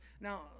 Now